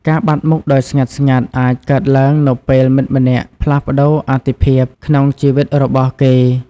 ការបាត់់មុខដោយស្ងាត់ៗអាចកើតឡើងនៅពេលមិត្តម្នាក់ផ្លាស់ប្តូរអាទិភាពក្នុងជីវិតរបស់គេ។